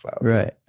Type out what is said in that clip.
Right